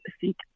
seek